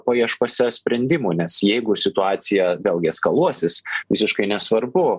paieškose sprendimų nes jeigu situacija vėlgi eskaluosis visiškai nesvarbu